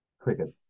crickets